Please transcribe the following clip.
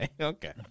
Okay